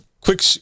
quick